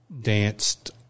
danced